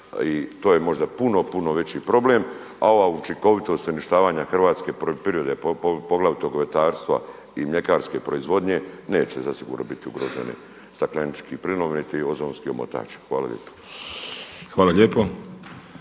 to je možda puno, puno veći problem. A ova učinkovitost uništavanja hrvatske poljoprivrede poglavito govedarstva i mljekarske proizvodnje neće zasigurno biti ugrožene stakleničkim plinom niti ozonski omotač. Hvala lijepo.